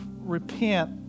repent